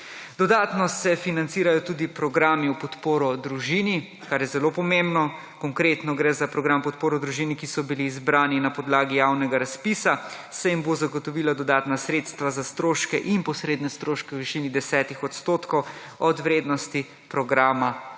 Dodatno se financirajo tudi programi v podporo družini, kar je zelo pomembno. Konkretno gre za program podpore v družini, ki so bili izbrani na podlagi javnega razpisa, se jim bo zagotovilo dodatna sredstva za stroške in posredne stroške v višini 10 % od vrednosti programa,